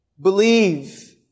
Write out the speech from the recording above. believe